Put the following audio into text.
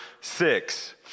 six